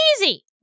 easy